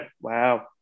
wow